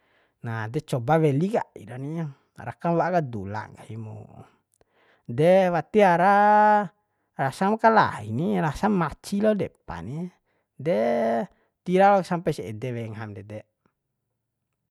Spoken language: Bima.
Nah decoba weli kaira ni rakam wa'a ka dula nggahi mu de wati ara rasam kalai ni rasa maci lo depa ni de tira lo sampes ede we ngaham ndede